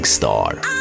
Star